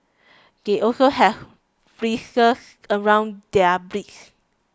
they also have bristles around their beaks